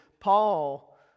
Paul